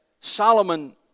Solomon